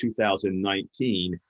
2019